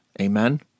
Amen